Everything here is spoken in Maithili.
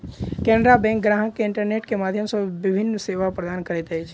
केनरा बैंक ग्राहक के इंटरनेट के माध्यम सॅ विभिन्न सेवा प्रदान करैत अछि